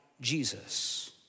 Jesus